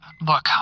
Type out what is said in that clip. Look